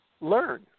learn